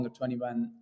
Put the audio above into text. under-21